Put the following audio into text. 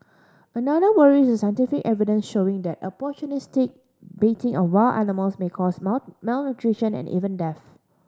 another worry is the scientific evidence showing that opportunistic baiting of wild animals may cause not malnutrition and even death